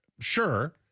Sure